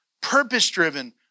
Purpose-driven